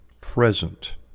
present